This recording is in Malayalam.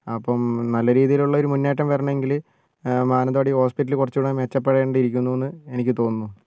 അപ്പം നല്ല രീതിയിലുള്ള ഒരു മുന്നേറ്റം വരണമെങ്കിൽ മാനന്തവാടി ഹോസ്പിറ്റല് കുറച്ചുകൂടി മെച്ചപ്പെടേണ്ടിയിരിക്കുന്നുന്ന് എനിക്ക് തോന്നുന്നു